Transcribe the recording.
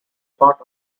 part